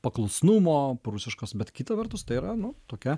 paklusnumo prūsiškos bet kita vertus tai yra nu tokia